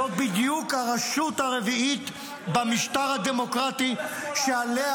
זו בדיוק הרשות הרביעית במשטר הדמוקרטי שעליה